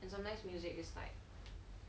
and sometimes music is like